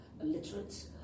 illiterate